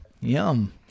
Yum